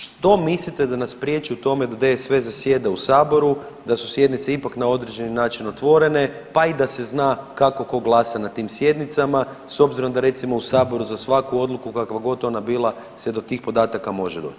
Što mislite da nas priječi u tome da DSV zasjeda saboru, da su sjednice ipak na određeni način otvorene, pa i da se zna kako tko glasa na tim sjednicama s obzirom da recimo u saboru za svaku odluku kakva god ona bila se do tih podataka može doći.